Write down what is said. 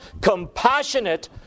compassionate